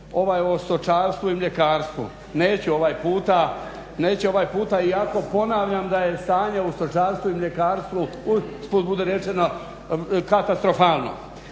ovaj o stočarstvu i mljekarstvu, neću ovaj puta. Neću ovaj puta iako ponavljam da je stanje u stočarstvu i mljekarstvu usput bude rečeno katastrofalno.